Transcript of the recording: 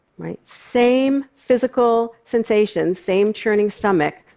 right? same physical sensation, same churning stomach,